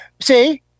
see